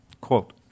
Quote